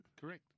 Correct